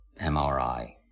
MRI